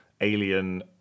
alien